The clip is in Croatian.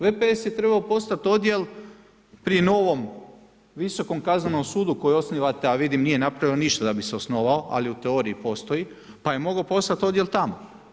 VPS je trebao postati odjel pri novom Visokom kaznenom sudu koji osnivate a vidim nije napravljeno ništa da bi se osnovao ali u teoriji postoji pa je mogao postati odjel tamo.